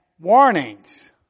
warnings